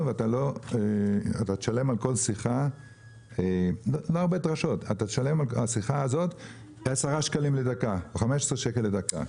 ואתה תשלם על השיחה הזאת 10 שקלים לדקה או 15 שקלים לדקה.